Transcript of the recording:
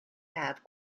have